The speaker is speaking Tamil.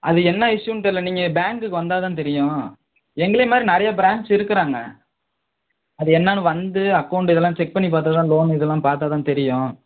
அது என்ன இஷ்யூன்னு தெரில நீங்கள் பேங்க்குக்கு வந்தால் தான் தெரியும் எங்களை மாதிரி நிறைய ப்ரான்ச்சு இருக்கிறாங்க அது என்னென்னு வந்து அக்கௌண்ட் இதெல்லாம் செக் பண்ணிப் பார்த்தா தான் லோன் இதெல்லாம் பார்த்தா தான் தெரியும்